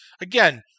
Again